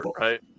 right